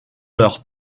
leur